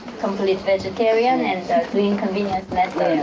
complete vegetarian and doing convenient method